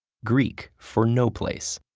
greek for no place.